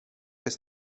jest